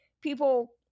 people